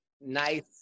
nice